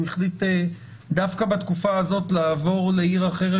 הוא החליט דווקא בתקופה הזאת לעיר אחרת